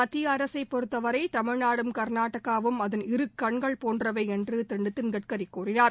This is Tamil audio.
மத்திய அரசை பொறுத்தவரை தமிழ்நாடும் கா்நாடகாவும் அதன் இரு கண்கள் போன்றவை என்று திரு கட்கரி கூறினார்